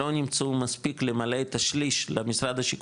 לא נמצאו מספיק למלא את השליש למשרד השיכון,